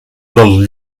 del